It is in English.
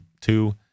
two